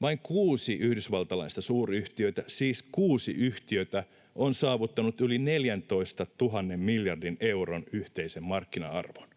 Vain kuusi yhdysvaltalaista suuryhtiöitä — siis kuusi yhtiötä — on saavuttanut yli 14 000 miljardin euron yhteisen markkina-arvon.